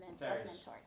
mentors